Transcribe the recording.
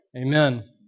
Amen